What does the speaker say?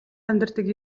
амьдардаг